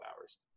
hours